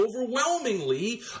overwhelmingly